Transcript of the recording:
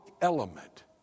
element